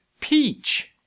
Peach